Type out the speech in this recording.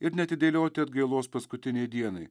ir neatidėlioti atgailos paskutinei dienai